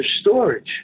storage